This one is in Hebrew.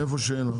איפה שאין.